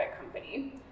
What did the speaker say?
company